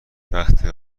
وقتی